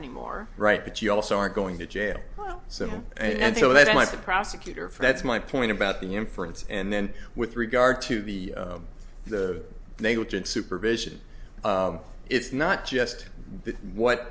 anymore right but you also aren't going to jail so and so they don't like the prosecutor for that's my point about the inference and then with regard to the the negligent supervision it's not just what